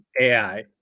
AI